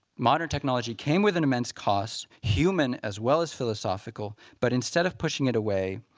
modern technology came with an immense cost, human as well as philosophical. but instead of pushing it away,